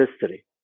history